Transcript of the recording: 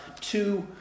two